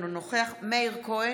אינו נוכח מאיר כהן,